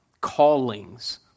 callings